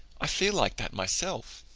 i feel like that myself.